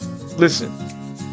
listen